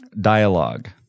dialogue